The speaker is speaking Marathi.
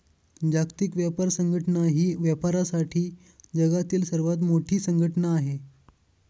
जागतिक व्यापार संघटना ही व्यापारासाठी जगातील सर्वात मोठी संघटना आहे